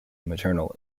maternal